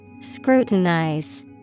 Scrutinize